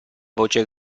voce